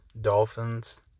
Dolphins